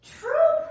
true